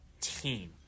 team